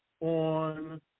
on